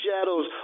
shadows